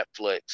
netflix